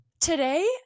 Today